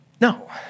no